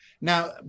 Now